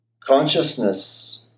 Consciousness